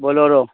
bolero